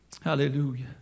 Hallelujah